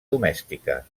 domèstica